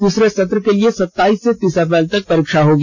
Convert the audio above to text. तीसरे सत्र के लिए सताइस से तीस अप्रैल तक परीक्षा होगी